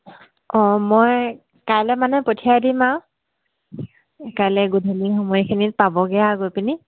অঁ মই কাইলৈ মানে পঠিয়াই দিম আৰু কাইলৈ গধূলি সময়খিনিত পাবগৈ আৰু গৈ পিনি